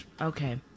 Okay